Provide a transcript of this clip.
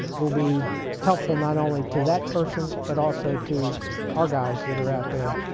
will be helpful not only to that person, but also to our guys that are out there,